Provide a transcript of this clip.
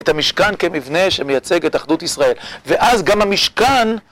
את המשכן כמבנה שמייצג את אחדות ישראל ואז גם המשכן